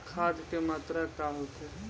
खाध के मात्रा का होखे?